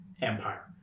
empire